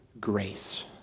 grace